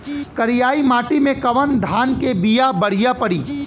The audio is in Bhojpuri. करियाई माटी मे कवन धान के बिया बढ़ियां पड़ी?